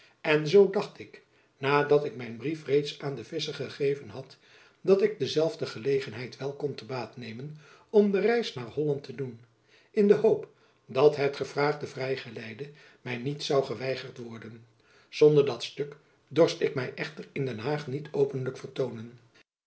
en zoo dacht ik nadat ik mijn brief reeds aan den visscher gegeven had dat ik dezelfde gelegenheid wel kon te baat nemen om de reis naar holland jacob van lennep elizabeth musch te doen in de hoop dat het gevraagde vrij geleide my niet zoû geweigerd worden zonder dat stuk dorst ik my echter in den haag niet openlijk vertoonen